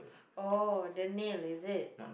oh the nail is it